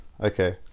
Okay